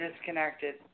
disconnected